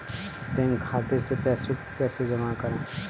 Bank खाते से पैसे को कैसे जमा करें?